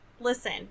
Listen